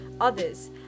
others